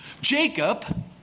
Jacob